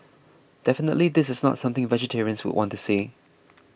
definitely this is not something vegetarians would want to see